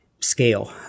Scale